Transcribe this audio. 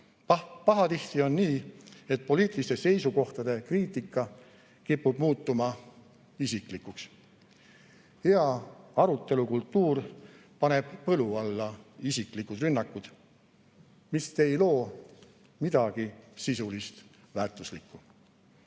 Pahatihti on nii, et poliitiliste seisukohtade kriitika kipub muutuma isiklikuks. Hea arutelukultuur paneb põlu alla isiklikud rünnakud, mis ei loo midagi sisuliselt väärtuslikku.